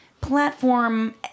platform